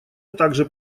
также